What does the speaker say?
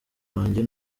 wanjye